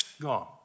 gone